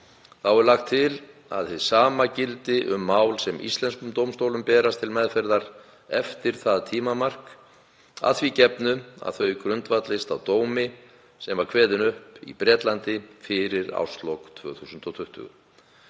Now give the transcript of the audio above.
Þá er lagt til að hið sama gildi um mál sem íslenskum dómstólum berast til meðferðar eftir það tímamark, að því gefnu að þau grundvallist á dómi sem var kveðinn upp í Bretlandi fyrir árslok 2020.